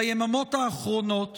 ביממות האחרונות